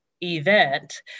event